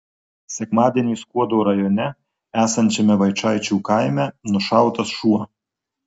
sekmadienį skuodo rajone esančiame vaičaičių kaime nušautas šuo